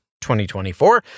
2024